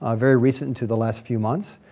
ah very recent into the last few months,